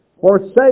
forsake